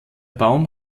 baum